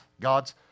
God's